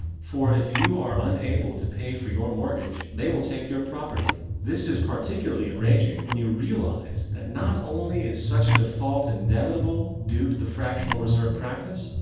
for, if you are unable to pay for your mortgage, they will take your property. this particularly enraging when you realize, that not only is such a default inevitable due to the fractional reserve practice.